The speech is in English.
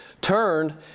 turned